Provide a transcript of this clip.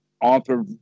author